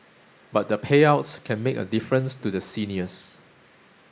but the payouts can make a difference to the seniors